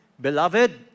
beloved